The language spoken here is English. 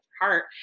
heart